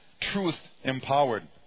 truth-empowered